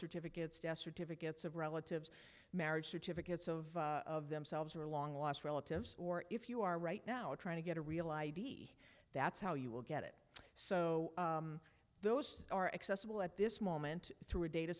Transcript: certificates death certificates of relatives marriage certificates of of themselves or long lost relatives or if you are right now trying to get a real i d that's how you will get it so those are accessible at this moment through a data